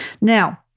Now